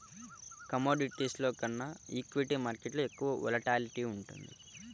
కమోడిటీస్లో కన్నా ఈక్విటీ మార్కెట్టులో ఎక్కువ వోలటాలిటీ ఉంటుంది